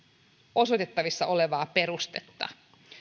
osoitettavissa olevaa perustetta